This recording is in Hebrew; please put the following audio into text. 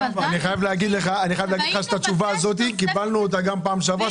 אני חייב להגיד לך שאת התשובה הזאת קיבלנו גם בפעם שעברה,